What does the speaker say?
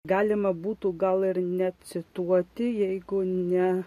galima būtų gal ir necituoti jeigu ne